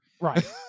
Right